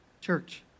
Church